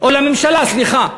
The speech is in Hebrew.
או לממשלה, סליחה.